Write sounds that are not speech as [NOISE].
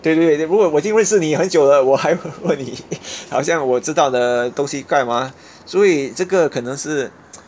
对不对如果我已经认识你很久了我还问你好像我知道的东西干嘛所以这个可能是 [NOISE]